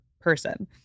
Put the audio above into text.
person